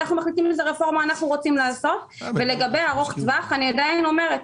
אנחנו מחליטים מה אנחנו רוצים לעשות ולגבי ארוך טווח אני עדיין אומרת,